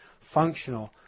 functional